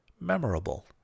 memorable